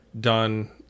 done